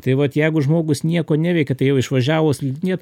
tai vat jeigu žmogus nieko neveikia tai jau išvažiavo slidinėt